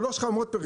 שלוש חממות.